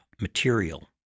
material